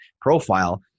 profile